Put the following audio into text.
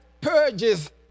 purges